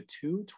two